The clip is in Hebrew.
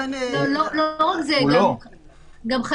לא רק זה, גם חייבים